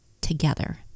together